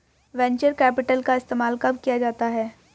Venture capital का इस्तेमाल कब किया जाता है?